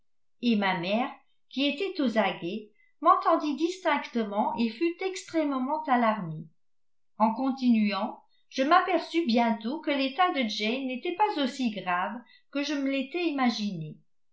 et ma mère qui était aux aguets m'entendit distinctement et fut extrêmement alarmée en continuant je m'aperçus bientôt que l'état de jane n'était pas aussi grave que je me l'étais imaginé